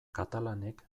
katalanek